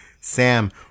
Sam